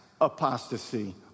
apostasy